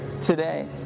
today